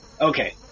Okay